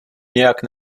nějak